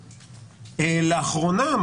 לאחרונה,